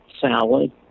salad